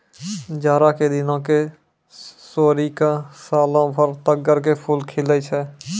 जाड़ा के दिनों क छोड़ी क सालों भर तग्गड़ के फूल खिलै छै